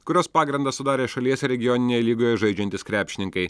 kurios pagrindą sudarė šalies regioninėje lygoje žaidžiantys krepšininkai